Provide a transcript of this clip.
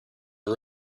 are